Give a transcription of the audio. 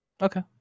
Okay